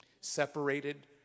Separated